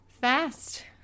fast